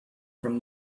from